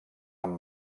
amb